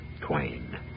Twain